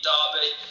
Derby